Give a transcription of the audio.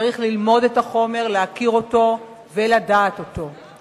צריך ללמוד את החומר, להכיר אותו ולדעת אותו.